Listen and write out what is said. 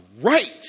right